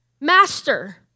Master